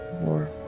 more